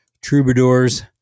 Troubadours